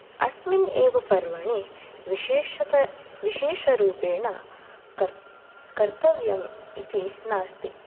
अस्मिन् एव पर्वणि विशेषत विशेषरूपेण कर् कर्तव्यम् इति नास्ति